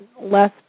less